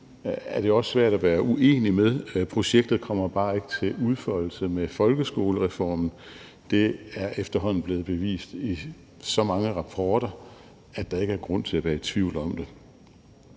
er det også svært at være uenig i; projektet kommer bare ikke til at udfolde sig med folkeskolereformen. Det er efterhånden blevet bevist i så mange rapporter, at der ikke er grund til at være i tvivl om det.